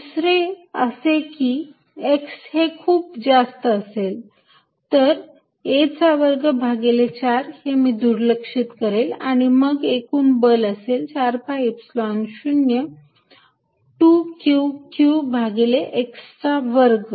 दुसरे असे की जर x हे खूप जास्त असेल तर a चा वर्ग भागिले 4 हे मी दुर्लक्षित करेल आणि मग एकूण बल असेल 4 pi Epsilon 0 2 Qq भागिले x चा वर्ग